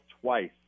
twice